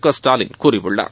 கஸ்டாலின் கூறியுள்ளார்